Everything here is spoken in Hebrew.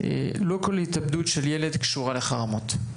לא כל התאבדות של ילד קשורה לחרמות.